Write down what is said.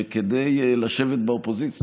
שכדי לשבת באופוזיציה,